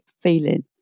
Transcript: feeling